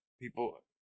people